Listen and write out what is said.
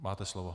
Máte slovo.